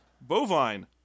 Bovine